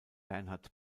bernhard